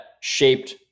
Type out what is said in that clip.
shaped